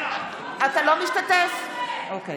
אינו משתתף בהצבעה